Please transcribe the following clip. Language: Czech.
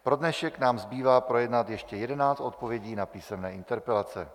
Pro dnešek nám zbývá projednat ještě 11 odpovědí na písemné interpelace.